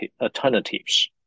alternatives